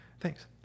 thanks